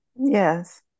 yes